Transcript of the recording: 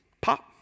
pop